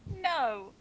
No